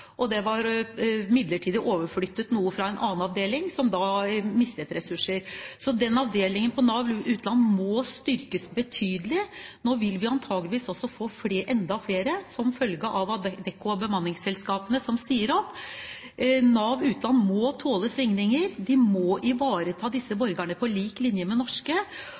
og det var slik at noen var midlertidig overflyttet fra en annen avdeling, som igjen da mistet ressurser. Så den avdelingen på Nav Utland må styrkes betydelig. Nå vil vi antakeligvis få enda flere som sier opp som følge av Adecco og bemanningsselskapene. Nav Utland må tåle svingninger. De må ivareta disse borgerne på lik linje med norske.